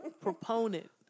proponent